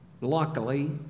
luckily